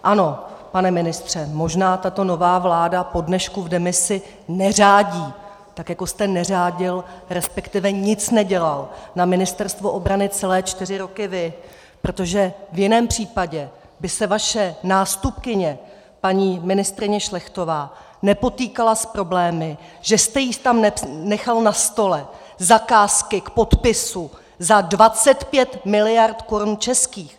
Ano, pane ministře, možná tato nová vláda po dnešku v demisi neřádí, tak jako jste neřádil, resp. nic nedělal, na Ministerstvu obranu celé čtyři roky vy, protože v jiném případě by se vaše nástupkyně paní ministryně Šlechtová nepotýkala s problémy, že jste jí tam nechal na stole zakázky k podpisu za 25 miliard korun českých.